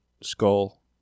skull